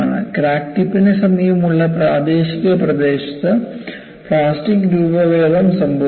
crack ടിപ്പിന് സമീപമുള്ള പ്രാദേശിക പ്രദേശത്ത് പ്ലാസ്റ്റിക് രൂപഭേദം സംഭവിക്കും